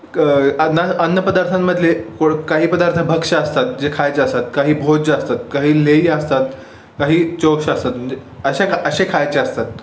क अन्ना अन्नपदार्थांमधले को काही पदार्थ भक्ष्य असतात जे खायचे असतात काही भोज्य असतात काही लेह्य असतात काही चोष्य असतात म्हणजे अशा खा असे खायचे असतात